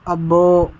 అబ్బో